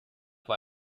war